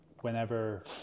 whenever